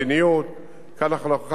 כך אנחנו עושים.